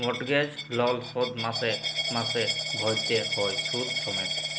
mortgage লল শোধ মাসে মাসে ভ্যইরতে হ্যয় সুদ সমেত